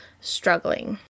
struggling